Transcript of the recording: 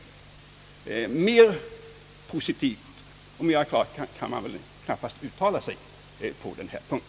Mer positivt och klart kan man väl knappast uttala sig på denna punkt.